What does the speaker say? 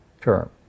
term